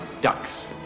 ducks